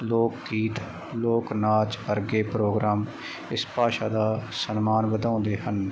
ਲੋਕ ਗੀਤ ਲੋਕ ਨਾਚ ਵਰਗੇ ਪ੍ਰੋਗਰਾਮ ਇਸ ਭਾਸ਼ਾ ਦਾ ਸਨਮਾਨ ਵਧਾਉਂਦੇ ਹਨ